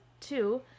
two